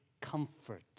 comfort